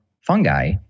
fungi